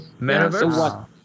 Metaverse